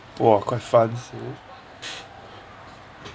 !wah! quite fun [siol]